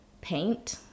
paint